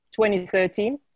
2013